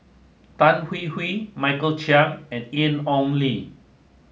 Tan Hwee Hwee Michael Chiang and Lin Ong Li